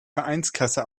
vereinskasse